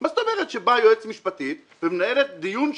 מה זאת אומרת שבאה יועצת משפטית ומנהלת דיון שלם,